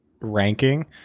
ranking